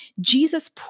Jesus